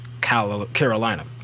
Carolina